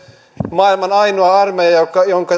maailman ainoa armeija jonka jonka